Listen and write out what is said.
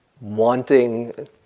Wanting